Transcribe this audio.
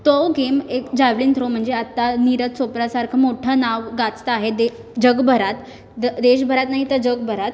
तो गेम एक म्हणजे जॅवलिंग थ्रो म्हणजे आत्ता नीरज चोप्रासारखं मोठं नाव गाजतं आहे दे जगभरात देशभरात नाही तर जगभरात